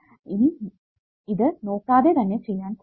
ഇനി ഇത് നോക്കാതെ തന്നെ ചെയാൻ ശ്രമിക്കു